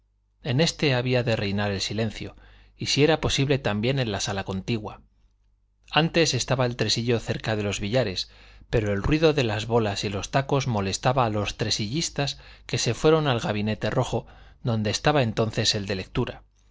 en este había de reinar el silencio y si era posible también en la sala contigua antes estaba el tresillo cerca de los billares pero el ruido de las bolas y los tacos molestaba a los tresillistas que se fueron al gabinete rojo donde estaba entonces el de lectura